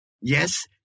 Yes